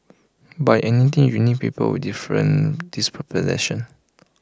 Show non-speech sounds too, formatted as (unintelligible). but in any team you need people with different (unintelligible) position